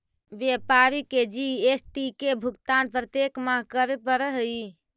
व्यापारी के जी.एस.टी के भुगतान प्रत्येक माह करे पड़ऽ हई